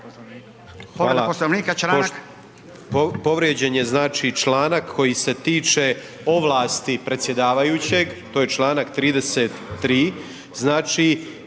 povrijeđen je znači članak koji se tiče ovlasti predsjedavajućeg, to je čl. 33.